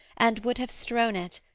and would have strown it,